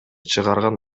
чыгарган